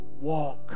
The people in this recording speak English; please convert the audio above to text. walk